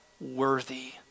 worthy